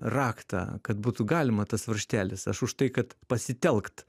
raktą kad būtų galima tas varžtelis aš už tai kad pasitelkt